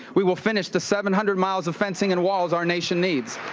we will finish the seven hundred miles of fencing and walls our nation needs.